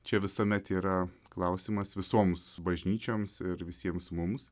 čia visuomet yra klausimas visoms bažnyčioms ir visiems mums